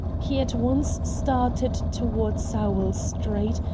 he at once started toward sowell street,